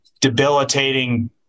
debilitating